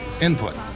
input